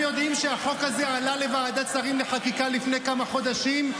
ואתם יודעים שהחוק הזה עלה לוועדת שרים לחקיקה לפני כמה חודשים,